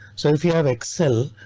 so if you have excel,